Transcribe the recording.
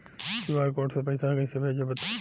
QR code से पईसा कईसे भेजब बताई?